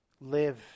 Live